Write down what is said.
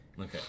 Okay